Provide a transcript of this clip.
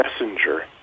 messenger